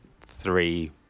three